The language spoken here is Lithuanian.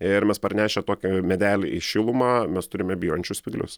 ir mes parnešę tokį medelį į šilumą mes turime byrančius spyglius